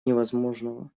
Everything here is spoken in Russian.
невозможного